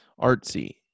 artsy